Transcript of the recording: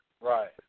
right